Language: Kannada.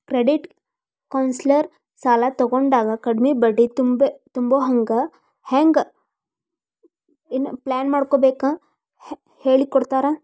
ಕ್ರೆಡಿಟ್ ಕೌನ್ಸ್ಲರ್ ಸಾಲಾ ತಗೊಂಡಾಗ ಕಡ್ಮಿ ಬಡ್ಡಿ ತುಂಬೊಹಂಗ್ ಹೆಂಗ್ ಪ್ಲಾನ್ಮಾಡ್ಬೇಕಂತ್ ಹೆಳಿಕೊಡ್ತಾರ